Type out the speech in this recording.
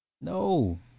No